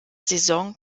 saison